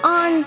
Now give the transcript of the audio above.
on